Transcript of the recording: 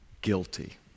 guilty